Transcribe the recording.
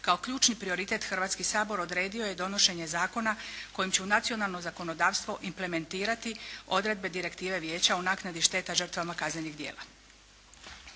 kao ključni prioritet Hrvatski sabor odredio je donošenje zakona kojim će u nacionalno zakonodavstvo implementirati odredbe direktiva vijeća o naknadi šteta žrtvama kaznenih djela.